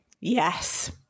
Yes